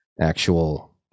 actual